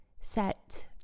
set